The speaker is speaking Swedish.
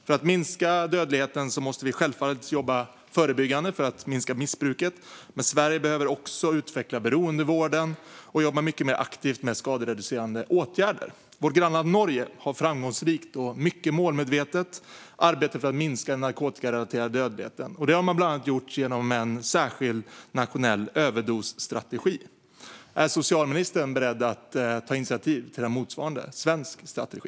För att minska dödligheten måste vi självfallet jobba förebyggande så att missbruket minskar, men Sverige behöver också utveckla beroendevården och jobba mycket mer aktivt med skadereducerande åtgärder. Vårt grannland Norge har framgångsrikt och mycket målmedvetet arbetat för att minska narkotikarelaterad dödlighet. Det har man bland annat gjort genom en särskild nationell överdosstrategi. Är socialministern beredd att ta initiativ till en motsvarande svensk strategi?